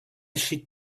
she